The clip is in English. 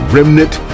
Remnant